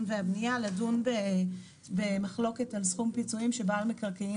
והבנייה לון במחלוקת על סכום פיצויים שבעל מקרקעין